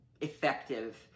effective